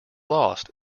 lost